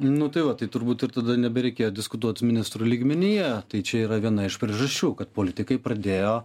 nu tai va tai turbūt ir tada nebereikėjo diskutuot ministrų lygmenyje tai čia yra viena iš priežasčių kad politikai pradėjo